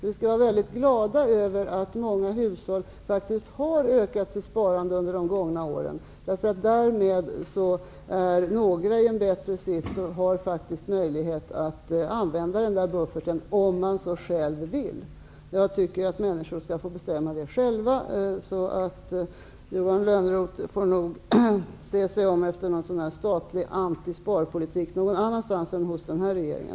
Vi skall vara glada över att många hushåll har ökat sparandet under de gångna åren. Därmed är några i en bättre sits och har faktiskt möjlighet att använda bufferten om de så själva vill. Jag tycker att människor skall få bestämma sådant själva. Johan Lönnroth får nog se sig om efter en statlig antisparpolitik någon annanstans än hos denna regering.